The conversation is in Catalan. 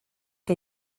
que